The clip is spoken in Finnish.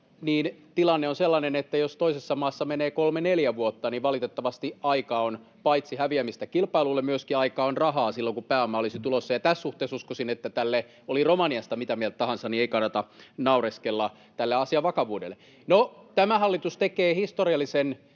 niin tilanne on sellainen, että jos toisessa maassa menee kolme neljä vuotta, niin valitettavasti aika on paitsi häviämistä kilpailulle myöskin rahaa silloin, kun pääomaa olisi tulossa. Ja tässä suhteessa uskoisin — oli Romaniasta mitä mieltä tahansa — että ei kannata naureskella tälle asian vakavuudelle. No, tämä hallitus tekee historiallisen